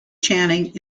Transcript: channing